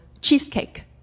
cheesecake